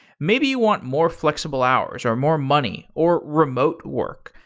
maybe you want more flexible hours, or more money, or remote work?